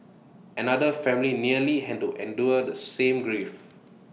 another family nearly had to endure the same grief